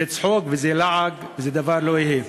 זה צחוק, וזה לעג, וזה דבר שלא יהיה.